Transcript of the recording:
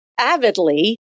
avidly